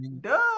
duh